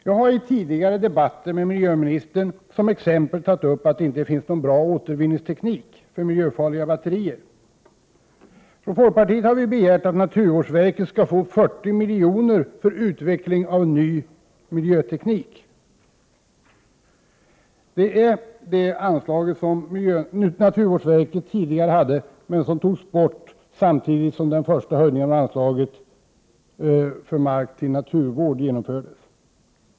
Under tidigare diskussioner med miljöministern har jag som exempel tagit upp att det inte finns någon bra återvinningsteknik när det gäller miljöfarliga batterier. Från folkpartiets sida har vi begärt att naturvårdsverket skall tilldelas 40 milj.kr. för utveckling av ny miljöteknik — det anslag som naturvårdsverket tidigare hade, men som drogs in samtidigt som den första höjningen av anslaget för mark till naturvård genomfördes.